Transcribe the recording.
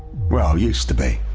well, used to be.